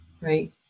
Right